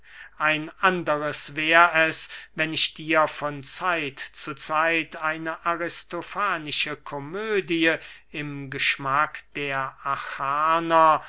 ein anderes wär es wenn ich dir von zeit zu zeit eine aristofanische komödie im geschmack der